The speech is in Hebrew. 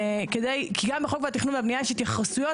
כי גם בחוק התכנון והבנייה יש התייחסויות,